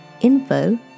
info